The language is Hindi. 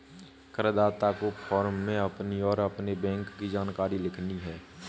करदाता को फॉर्म में अपनी और अपने बैंक की जानकारी लिखनी है